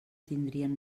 tindrien